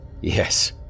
Yes